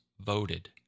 voted